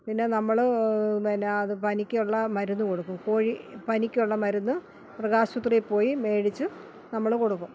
പിന്നെ നമ്മൾ പിന്നത് പനിക്കുള്ള മരുന്ന് കൊടുക്കും കോഴിപ്പനിക്കുള്ള മരുന്ന് മൃഗാശുപത്രി പോയി മേടിച്ച് നമ്മൾ കൊടുക്കും